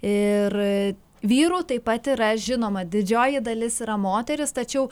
ir vyrų taip pat yra žinoma didžioji dalis yra moterys tačiau